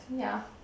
yeah